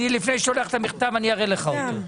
לפני שאני אשלח את המכתב אני אראה לך אותו.